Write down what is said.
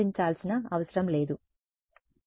విద్యార్థి అది మాత్రమే